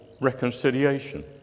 reconciliation